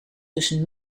tussen